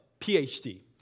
PhD